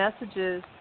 messages